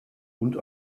und